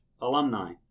alumni